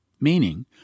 meaning